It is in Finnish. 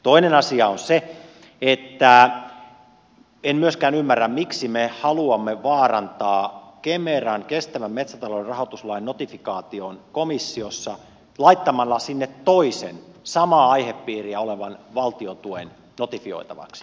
toinen asia on se että en myöskään ymmärrä miksi me haluamme vaarantaa kemeran kestävän metsätalouden rahoituslain notifikaation komissiossa laittamalla sinne toisen samaa aihepiiriä olevan valtion tuen notifioitavaksi yhtä aikaa